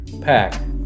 pack